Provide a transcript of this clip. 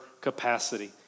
capacity